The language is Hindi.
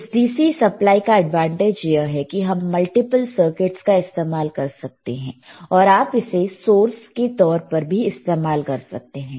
इस DC सप्लाई का एडवांटेज यह है कि हम मल्टीपल सर्किटस का इस्तेमाल कर सकते हैं और आप इसे सोर्स के तौर पर भी इस्तेमाल कर सकते हैं